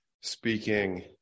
speaking